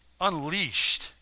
unleashed